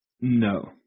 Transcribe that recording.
No